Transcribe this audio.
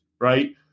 Right